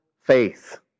faith